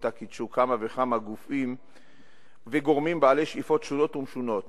שקידשו כמה וכמה גופים וגורמים בעלי שאיפות שונות ומשונות,